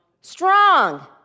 Strong